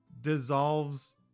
dissolves